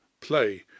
play